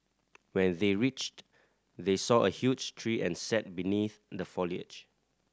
when they reached they saw a huge tree and sat beneath the foliage